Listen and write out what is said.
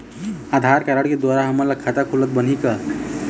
आधार card के द्वारा हमन ला खाता खोलत बनही का?